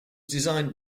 designed